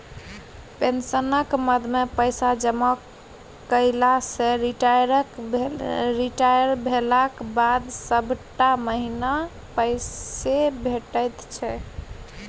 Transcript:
पेंशनक मदमे पैसा जमा कएला सँ रिटायर भेलाक बाद सभटा महीना पैसे भेटैत छै